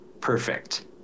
perfect